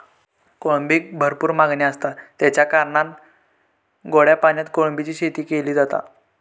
कोळंबीक भरपूर मागणी आसता, तेच्या कारणान गोड्या पाण्यात कोळंबीची शेती केली जाता